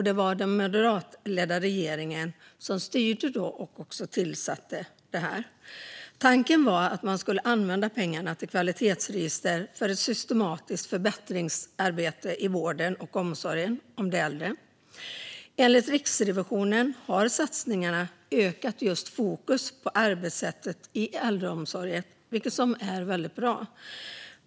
Det var den moderatledda regeringen som styrde då och också gjorde detta. Tanken var att man skulle använda pengarna till kvalitetsregister för ett systematiskt förbättringsarbete i vården och omsorgen om de äldre. Enligt Riksrevisionen har satsningarna gett ett ökat fokus på arbetssätten i äldreomsorgen, som är väldigt bra.